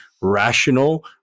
rational